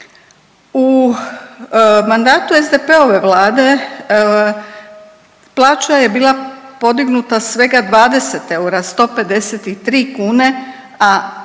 U mandatu SDP-ove vlade plaća je bila podignuta svega 20 eura 153 kune,